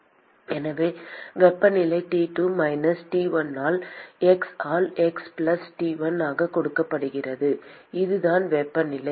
எனவே வெப்பநிலை T2 minus T1 ஆல் x ஆல் L பிளஸ் T1 ஆக கொடுக்கப்படுகிறது அதுதான் வெப்பநிலை